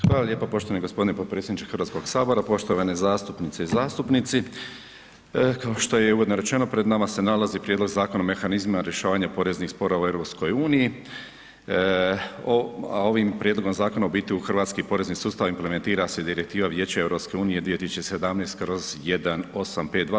Hvala lijepo poštovani gospodine potpredsjedniče Hrvatskog sabora, poštovane zastupnice i zastupnici, kao što je i uvodno rečeno pred nama se nalazi Prijedlog Zakona o mehanizmima rješavanja poreznih sporova u EU, a ovim prijedlogom zakona u hrvatski porezni sustav implementira se Direktiva Vijeća EU 2017/